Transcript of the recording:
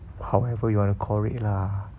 however you want to call it lah